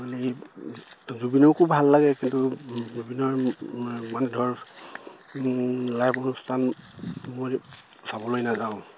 মানে জুবিনকো ভাল লাগে কিন্তু জুবিনৰ মানে ধৰক লাইভ অনুষ্ঠান মই চাবলৈ নাযাওঁ